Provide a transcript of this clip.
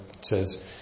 says